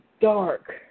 dark